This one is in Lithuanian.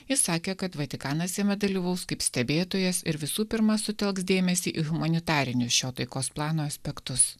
jis sakė kad vatikanas jame dalyvaus kaip stebėtojas ir visų pirma sutelks dėmesį į humanitarinius šio taikos plano aspektus